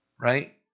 right